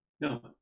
No